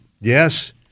yes